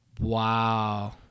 Wow